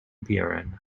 buren